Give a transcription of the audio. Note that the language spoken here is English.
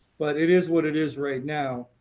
but it is what it is right now.